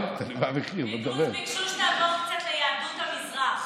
פינדרוס, ביקשו שתעבור קצת ליהדות המזרח.